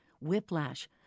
whiplash